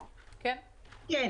כן.